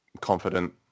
confident